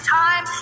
time